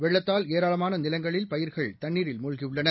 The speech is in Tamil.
வெள்ளத்தால் ஏராளமானநிலங்களில் பயிர்கள் தண்ணீரில் மூழ்கியுள்ளன